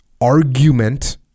Argument